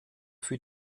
für